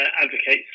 advocates